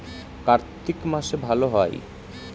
কার্তিক মাসে ভালো হয়?